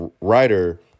writer